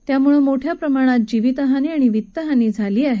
यामुळे मोठ्या प्रमाणात जिवितहानी आणि वित्तहानी झाली आहे